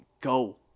go